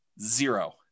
zero